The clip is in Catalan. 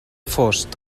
fost